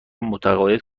متقاعد